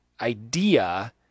idea